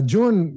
June